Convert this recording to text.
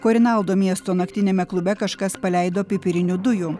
korinalo miesto naktiniame klube kažkas paleido pipirinių dujų